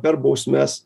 per bausmes